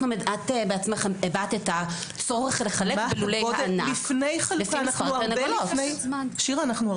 את בעצמך הבעת את הצורך לחלק בלולי --- אנחנו הרבה לפני חלוקה.